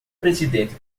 presidente